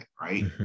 right